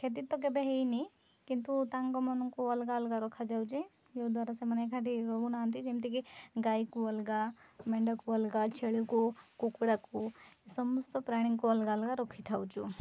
କ୍ଷତି ତ କେବେ ହେଇନି କିନ୍ତୁ ତାଙ୍କମାନଙ୍କୁ ଅଲଗା ଅଲଗା ରଖାଯାଉଛି ଯେଉଁଦ୍ୱାରା ସେମାନେ ଏକାଠି ରହୁନାହାନ୍ତି ଯେମିତିକି ଗାଈକୁ ଅଲଗା ମେଣ୍ଡାକୁ ଅଲଗା ଛେଳିକୁ କୁକୁଡ଼ାକୁ ଏ ସମସ୍ତ ପ୍ରାଣୀଙ୍କୁ ଅଲଗା ଅଲଗା ରଖିଥାଉଛୁ